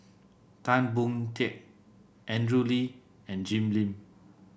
Tan Boon Teik Andrew Lee and Jim Lim